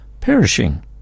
perishing